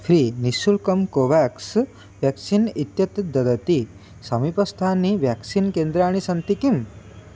free निःशुल्कं कोवेक्स् vaccine इत्येतत् ददति समिपस्थानि व्याक्सीन् केन्द्राणि सन्ति किम्